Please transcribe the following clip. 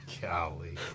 Golly